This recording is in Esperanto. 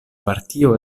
partio